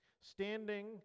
standing